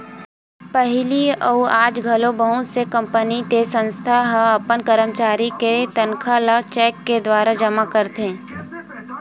पहिली अउ आज घलो बहुत से कंपनी ते संस्था ह अपन करमचारी के तनखा ल चेक के दुवारा जमा करथे